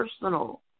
personal